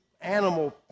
animal